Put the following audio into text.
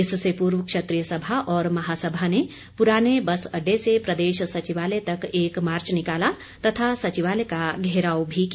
इससे पूर्व क्षत्रिय सभा और महासभा ने पुराने बस अड़डे से प्रदेश सचिवालय तक एक मार्च निकाला तथा सचिवालय का घेराव भी किया